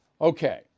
Okay